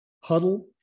Huddle